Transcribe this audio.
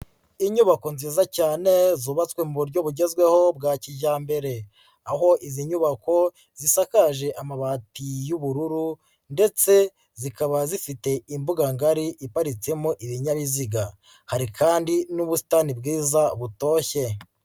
Inyubako nziza cyane zubatswe mu buryo bugezweho bwa kijyambere, aho izi nyubako zisakaje amabati y'ubururu ndetse zikaba zifite imbuga ngari iparitsemo ibinyabiziga, hari kandi n'ubusitani bwiza butoshye.